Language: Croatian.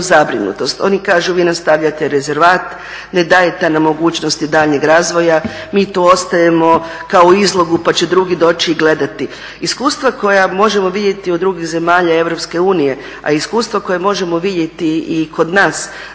zabrinutost. Oni kažu vi nastavljate rezervat, ne dajete nam mogućnosti daljnjeg razvoja, mi tu ostajemo kao u izlogu pa će drugi doći i gledati. Iskustva koja možemo vidjeti od drugih zemalja Europske unije, a i iskustva koja možemo vidjeti i kod nas,